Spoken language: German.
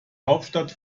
hauptstadt